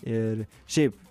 ir šiaip